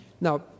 now